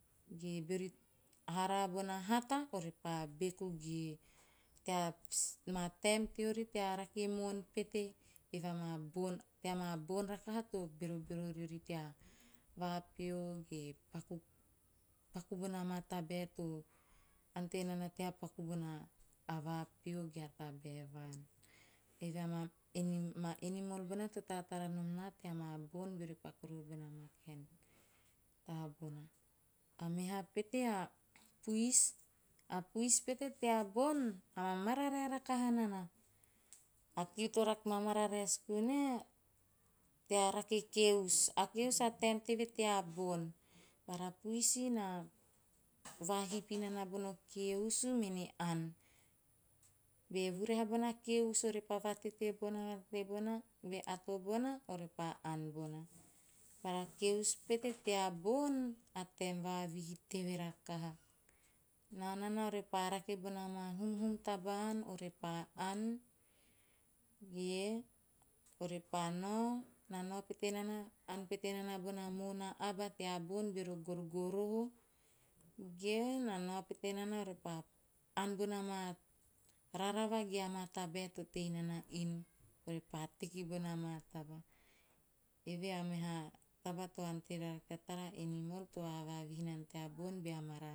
Ge beori haraa bona hata ore pa beku ge tea maa taem teori tea rake moon, pete, eve amaa bon, tea maa bon rakaha to berobero riori tea vapio ge paku, paku bona maa tabae to ante nana tea paku bona vapio ge a tabae. Eve amaa animal bona taratara nom na tea maa bon beori paku rori bona maa kaen taba bona. A meha pete a puis! A puis pete teabon, na mamararae rakaha nana. A kiu to mamararae suku nae, tea rake keus. A puis a taem teve tea bon, bara a puisi na vahipi nana boro keusu mene ann. Be vurahe bona keusu ore pa vatete bona -, be ato bona, repa ann bona. Bara keus pete tea bon, a taem vavihi teve rakaha. Nao nana ore pa rake bona maa humhum taba ann repa, ann, ge ore pa nao, na nao pete nana, ann pete nana bona moona aba teabon beori a gorogoroho, ge na nao pete nana orepa ann bona maa rarava ge a tabae to tei nana inu ore pa teki bona maa tabaa. Eve a meha taba, animal to vavavihi repa tea bon bea mararae.